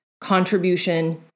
contribution